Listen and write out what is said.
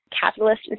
capitalist